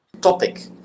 topic